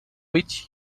which